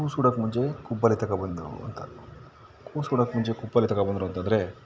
ಕೂಸು ಹುಟ್ಟೋಕೆ ಮುಂಚೆ ಕುಬ್ಬಸ ತಗೊಂಡ್ಬಂದ್ರು ಅಂತ ಕೂಸು ಹುಟ್ಟೋಕೆ ಮುಂಚೆ ಕುಬ್ಬರ ತಗೊಂಡ್ಬಂದ್ರು ಅಂತ ಅಂದ್ರೆ